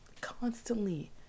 constantly